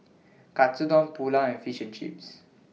Katsudon Pulao and Fish and Chips